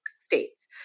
states